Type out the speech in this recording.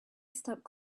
stepped